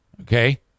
Okay